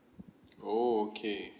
oh okay